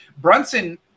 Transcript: Brunson